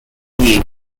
league